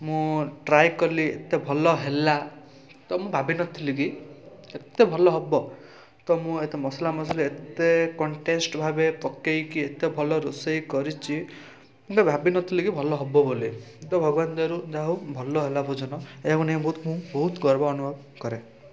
ମୁଁ ଟ୍ରାଏ କଲି ଏତେ ଭଲ ହେଲା ତ ମୁଁ ଭାବିନଥିଲି କି ଏତେ ଭଲ ହେବ ତ ମୁଁ ଏତେ ମସଲାମସଲି ଏତେ କଣ୍ଟେଷ୍ଟ୍ ଭାବେ ପକେଇକି ଏତେ ଭଲ ରୋଷେଇ କରିଛି ମୁଁ କେବେ ଭାବିନଥିଲି କି ଭଲ ହେବ ବୋଲି ତ ଭଗବାନ ଦୟାରୁ ଯାହାହେଉ ଭଲ ହେଲା ଭୋଜନ ଏହାକୁ ନେଇ ବହୁତ ମୁଁ ବହୁତ ଗର୍ବ ଅନୁଭବ କରେ